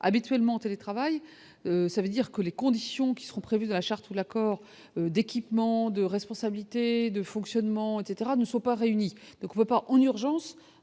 habituellement télétravail, ça veut dire que les conditions qui sont prévus dans la charte, où l'accord d'équipements de responsabilité de fonctionnement etc ne sont pas réunies donc va pas en urgence